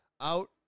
out